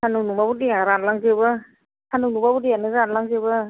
सानदुं दुंबाबो दैया रानलां जोबो सानदुं दुंबाबो दैआनो रानलां जोबो